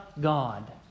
God